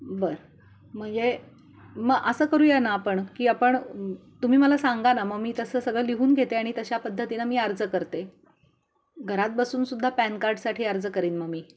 बर मग ये मग असं करूया ना आपण की आपण तुम्ही मला सांगा ना मग मी तसं सगळं लिहून घेते आणि तशा पद्धतीनं मी अर्ज करते घरात बसून सुद्धा पॅन कार्डसाठी अर्ज करेन मग मी